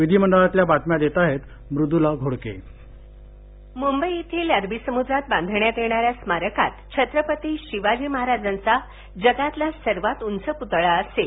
विधिमंडळातल्या बातम्या देताहेत मृदूला घोडके मुंबई येथील अरबी समुद्रात बांधण्यात येणाऱ्या स्मारकात छत्रपती शिवाजी महाराजांचा जगातील सर्वात उंच पुतळा असेल